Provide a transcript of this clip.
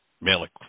Malik